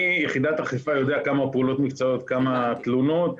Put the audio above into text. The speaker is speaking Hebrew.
אני כיחידת אכיפה יודע כמה פעולות --- כמה תלונות,